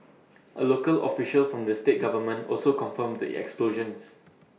A local official from the state government also confirmed the explosions